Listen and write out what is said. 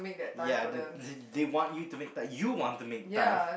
ya the you can they want you to make time you want to make time